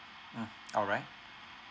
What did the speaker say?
mm alright